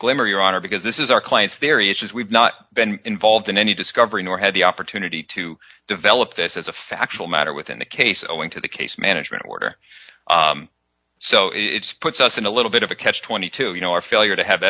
glimmer your honor because this is our client's their issues we've not been involved in any discovery nor had the opportunity to develop this as a factual matter within the case owing to the case management order so it's puts us in a little bit of a catch twenty two you know our failure to have